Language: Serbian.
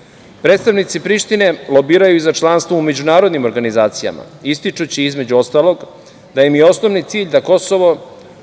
UN.Predstavnici Prištine lobiraju i za članstvo u međunarodnim organizacijama ističući, između ostalog, da im je osnovni cilj da Kosovo